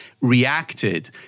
reacted